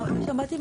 לא שמעתי.